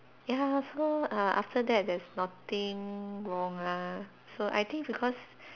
ya so uh after that there's nothing wrong lah so I think because